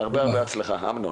הרבה הצלחה.